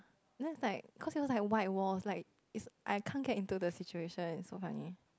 then it's like cause it was like white walls like it's I cannot get into the situation it's so funny